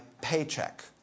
paycheck